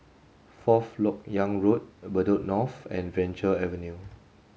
fourth Lok Yang Road Bedok North and Venture Avenue